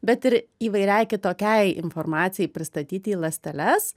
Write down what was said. bet ir įvairiai kitokiai informacijai pristatyti į ląsteles